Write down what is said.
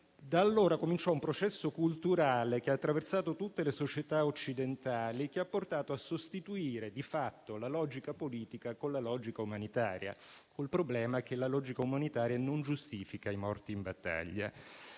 Da allora cominciò un processo culturale che ha attraversato tutte le società occidentali e che ha portato a sostituire, di fatto, la logica politica con quella umanitaria. Il problema è che la logica umanitaria non giustifica i morti in battaglia.